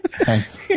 Thanks